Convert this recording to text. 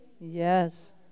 Yes